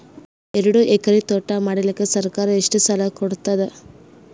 ಎರಡು ಎಕರಿ ತೋಟ ಮಾಡಲಿಕ್ಕ ಸರ್ಕಾರ ಎಷ್ಟ ಸಾಲ ಕೊಡತದ?